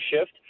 shift